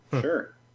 sure